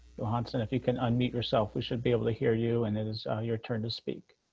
um so and if you can unmute yourself, we should be able to hear you and it is your turn to speak.